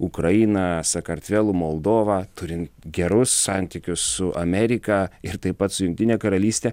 ukraina sakartvelu moldova turim gerus santykius su amerika ir taip pat su jungtine karalyste